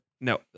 No